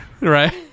Right